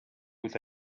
үйл